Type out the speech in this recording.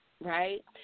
right